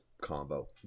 combo